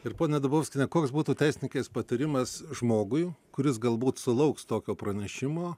ir ponia dubovskiene koks būtų teisininkės patarimas žmogui kuris galbūt sulauks tokio pranešimo